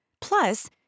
Plus